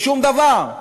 לשום דבר.